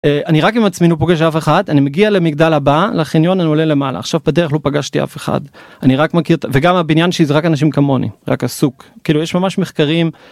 אני רק עם עצמי לא פוגש אף אחד. אני מגיע למגדל הבא, לחניון, אני עולה למעלה עכשיו בדרך לא פגשתי אף אחד. אני רק מכיר וגם הבניין שלי זה רק אנשים כמוני רק הסוג. כאילו, יש ממש מחקרים.